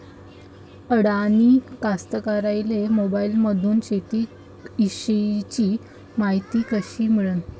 अडानी कास्तकाराइले मोबाईलमंदून शेती इषयीची मायती कशी मिळन?